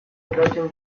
ekartzen